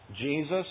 Jesus